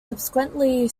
subsequently